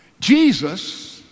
Jesus